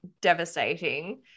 devastating